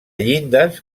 llindes